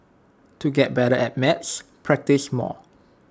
to get better at maths practise more